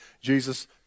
Jesus